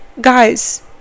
guys